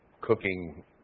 cooking